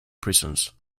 prisons